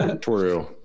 True